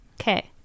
Okay